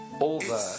over